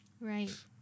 Right